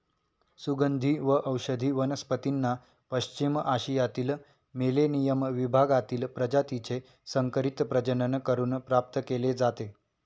सुगंधी व औषधी वनस्पतींना पश्चिम आशियातील मेलेनियम विभागातील प्रजातीचे संकरित प्रजनन करून प्राप्त केले जाते